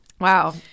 Wow